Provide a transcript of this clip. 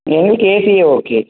எங்களுக்கு ஏசியே ஓகே